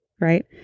right